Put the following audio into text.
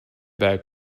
back